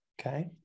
Okay